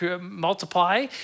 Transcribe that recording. multiply